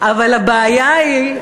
אבל הבעיה היא,